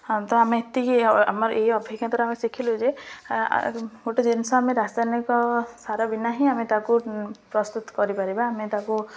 ହଁ ତ ଆମେ ଏତିକି ଆମର ଏ ଅଭିଜ୍ଞତାାର ଆମେ ଶିଖିଲୁ ଯେ ଗୋଟେ ଜିନିଷ ଆମେ ରାସାୟନିକ ସାର ବିନା ହିଁ ଆମେ ତାକୁ ପ୍ରସ୍ତୁତ କରିପାରିବା ଆମେ ତାକୁ